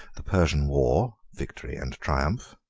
the persian war, victory, and triumph